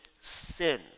sin